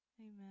Amen